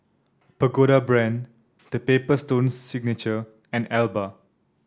Pagoda Brand The Paper Stone Signature and Alba